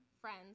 friends